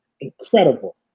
incredible